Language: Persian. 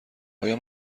آیا